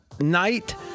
night